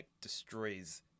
destroys